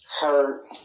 hurt